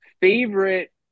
favorite